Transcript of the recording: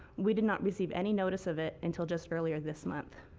we did not receive any notice of it until just earlier this month.